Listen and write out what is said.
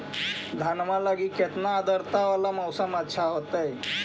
धनमा लगी केतना आद्रता वाला मौसम अच्छा होतई?